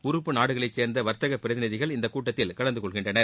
உறுப்புநாடுகளைச் சேர்ந்த வர்த்தக பிரதிநிதிகள் இக் கூட்டத்தில் கலந்துகொள்கின்றனர்